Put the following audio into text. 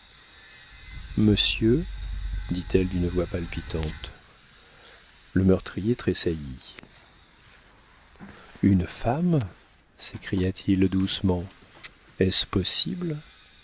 monsieur dit-elle d'une voix palpitante le meurtrier tressaillit une femme s'écria-t-il doucement est-ce possible